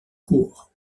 cour